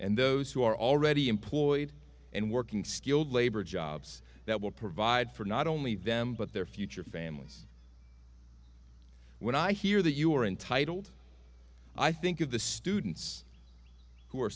and those who are already employed and working skilled labor jobs that will provide for not only them but their future families when i hear that you are entitled i think of the students who are